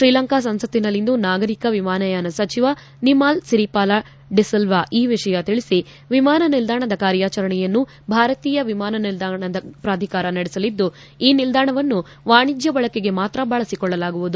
ಶ್ರೀಲಂಕಾ ಸಂಸತ್ತಿನಲ್ಲಿಂದು ನಾಗರಿಕ ವಿಮಾನಯಾನ ಸಚಿವ ನಿಮಾಲ್ ಸಿರಿಪಾಲ ಡಿಸಿಲ್ವಾ ಈ ವಿಷಯ ತಿಳಿಸಿ ವಿಮಾನ ನಿಲ್ದಾಣದ ಕಾರ್ಯಾಚರಣೆಯನ್ನು ಭಾರತೀಯ ವಿಮಾನ ನಿಲ್ದಾಣಗಳ ಪ್ರಾಧಿಕಾರ ನಡೆಸಲಿದ್ದು ಈ ನಿಲ್ದಾಣವನ್ನು ವಾಣಿಜ್ಯ ಬಳಕೆಗೆ ಮಾತ್ರ ಬಳಸಿಕೊಳ್ಳಲಾಗುವುದು